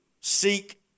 Seek